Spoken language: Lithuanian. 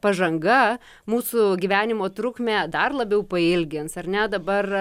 pažanga mūsų gyvenimo trukmę dar labiau pailgins ar ne dabar